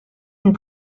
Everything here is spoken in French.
une